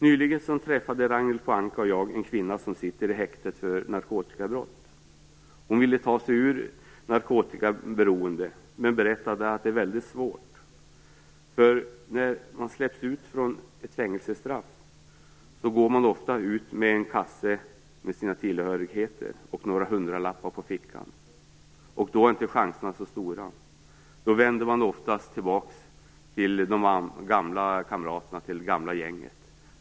Nyligen träffade Ragnhild Pohanka och jag en kvinna som sitter i häktet för narkotikabrott. Hon ville ta sig ur narkotikaberoende men berättade att det var väldigt svårt. När man släpps ut från fängelse går man ofta ut med en kasse med sina tillhörigheter och några hundralappar i fickan. Då är inte chanserna så stora. Då vänder man oftast tillbaka till de gamla kamraterna, till det gamla gänget.